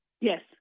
Yes